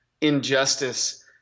injustice